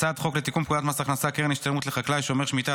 הצעת חוק לתיקון פקודת מס הכנסה (קרן השתלמות לחקלאי שומר שמיטה),